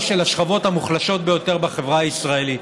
של השכבות המוחלשות ביותר בחברה הישראלית,